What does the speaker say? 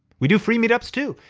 we do free meetups too.